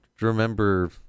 Remember